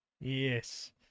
yes